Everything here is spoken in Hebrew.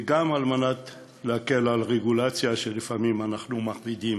וגם כדי להקל את הרגולציה שלפעמים אנחנו מכבידים